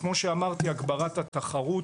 כמו שאמרתי, הגברת התחרות.